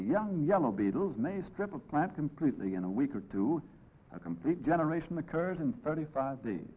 young yellow beetles may strip a plant completely in a week or two a complete generation occurs in thirty five the